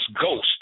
ghost